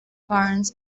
parents